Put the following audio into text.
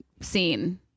scene